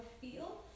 feel